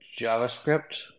JavaScript